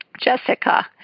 Jessica